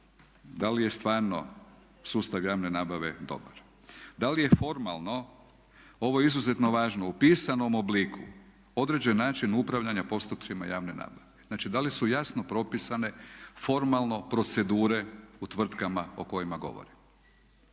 da li je stvarno sustav javne nabave dobar. Da li je formalno, ovo je izuzetno važno, u pisanom obliku određen način upravljanja postupcima javne nabave. Znači da li su jasno propisane formalno procedure u tvrtkama o kojima govore.